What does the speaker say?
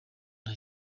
nta